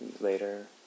later